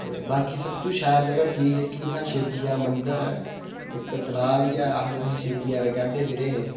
ते बाकी सब तू शैल जगहा जेह्की उत्थै शिव जी दा मंदर ऐ इक्क तलाऽ बी ऐ आखदे उत्थै शिव जी ने रकाह्दे फिरे हे